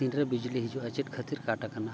ᱛᱤᱱᱨᱮ ᱵᱤᱡᱽᱞᱤ ᱦᱤᱡᱩᱜᱼᱟ ᱪᱮᱫ ᱠᱷᱟᱛᱤᱨ ᱠᱟᱴ ᱟᱠᱟᱱᱟ